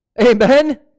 amen